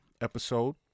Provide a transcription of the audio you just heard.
episode